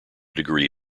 degree